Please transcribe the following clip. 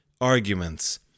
arguments